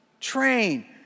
train